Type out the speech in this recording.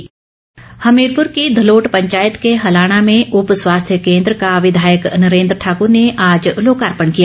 स्वास्थ्य केन्द्र हमीरपुर की धलोट पंचायत के हलाणा में उप स्वास्थ्य केन्द्र का विधायक नरेन्द्र ठाकूर ने आज लोकार्पण किया